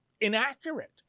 inaccurate